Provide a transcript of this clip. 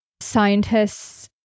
scientists